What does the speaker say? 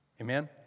Amen